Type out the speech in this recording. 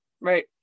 right